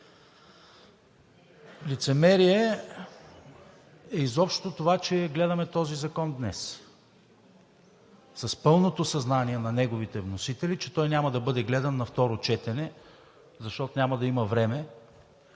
Лицемерие е изобщо това, че гледаме този закон днес, с пълното съзнание на неговите вносители, че той няма да бъде гледан на второ четене, защото няма да има време